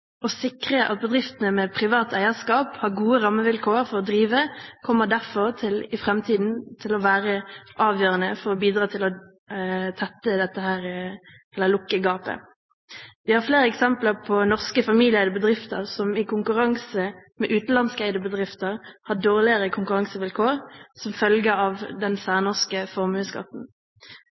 Å sikre at bedriftene med privat eierskap har gode rammevilkår for å drive, kommer derfor i framtiden til å være avgjørende for å bidra til å lukke dette gapet. Vi har flere eksempler på norske familieeide bedrifter som i konkurranse med utenlandskeide bedrifter har dårligere konkurransevilkår som følge av den særnorske formuesskatten.